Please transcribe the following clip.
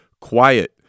Quiet